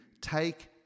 take